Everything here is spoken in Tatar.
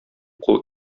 кул